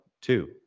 two